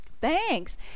thanks